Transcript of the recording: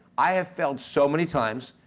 i have failed so many times,